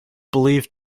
believed